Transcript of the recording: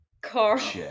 Carl